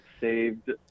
saved